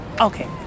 Okay